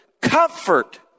comfort